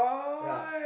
ya